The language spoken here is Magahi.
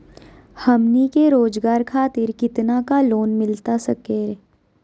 हमनी के रोगजागर खातिर कितना का लोन मिलता सके?